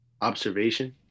observation